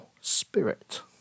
spirit